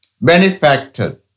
Benefactor